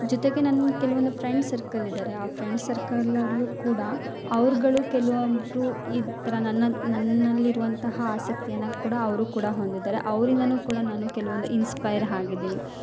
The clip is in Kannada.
ಜೊತೆಗೆ ನನ್ನ ಕೆಲವೊಂದು ಫ್ರೆಂಡ್ಸ್ ಸರ್ಕಲ್ ಇದ್ದಾರೆ ಆ ಫ್ರೆಂಡ್ಸ್ ಸರ್ಕಲಲ್ಲು ಕೂಡ ಅವ್ರ್ಗಳು ಕೆಲವೊಬ್ಬರು ಈ ಥರ ನನ್ನ ನನ್ನಲ್ಲಿ ಇರುವಂತಹ ಆಸಕ್ತಿಯನ್ನ ಕೂಡ ಅವರು ಕೂಡ ಹೊಂದಿದ್ದಾರೆ ಅವರಿಂದನೂ ಕೂಡ ನಾನು ಕೆಲವೊಂದು ಇನ್ಸ್ಪೈರ್ ಆಗಿದಿನಿ